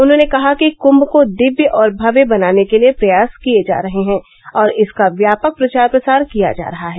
उन्होंने कहा कि कूंभ को दिव्य और भव्य बनाने के लिए प्रयास किये जा रहे हैं और इसका व्यापक प्रचार प्रसार किया जा रहा है